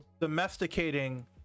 domesticating